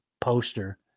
poster